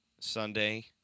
Sunday